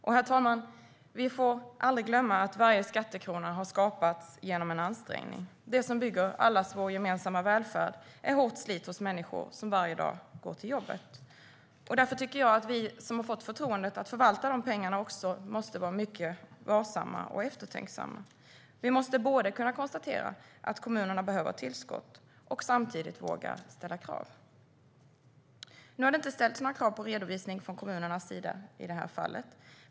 Vi får aldrig glömma, herr talman, att varje skattekrona har skapats genom en ansträngning. Det som bygger allas vår gemensamma välfärd är hårt slit hos människor som varje dag går till jobbet. Därför tycker jag att vi som har fått förtroendet att förvalta de pengarna också måste vara mycket varsamma och eftertänksamma. Vi måste kunna konstatera att kommunerna behöver tillskott men samtidigt våga ställa krav. I det här fallet har det inte ställts några krav på att kommunerna ska lämna redovisning.